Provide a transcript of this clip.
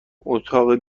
اتاقی